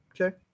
Okay